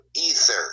Ether